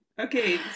Okay